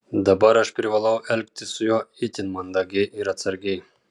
dabar aš privalau elgtis su juo itin mandagiai ir atsargiai